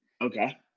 Okay